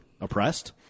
oppressed